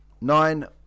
Nine